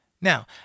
Now